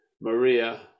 maria